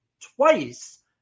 twice